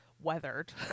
weathered